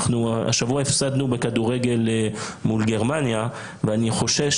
אנחנו השבוע הפסדנו בכדורגל מול גרמניה ואני חושש